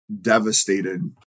devastated